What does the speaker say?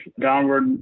downward